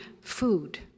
food